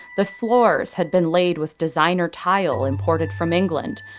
the floors had been laid with designer tile imported from england.